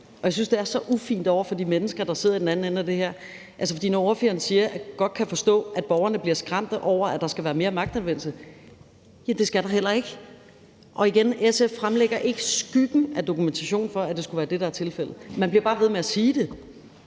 og jeg synes, at det er så ufint over for de mennesker, der sidder i den anden ende af det her. Altså, for når ordføreren siger, hun godt kan forstå, at borgerne bliver skræmte over, at der skal være mere magtanvendelse, vil jeg sige: Det skal der heller ikke. Igen vil jeg sige, at SF ikke fremlægger skyggen af dokumentation for, at det skulle være det, der er tilfældet. Man bliver bare ved med at sige det